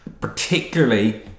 particularly